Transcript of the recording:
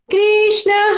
Krishna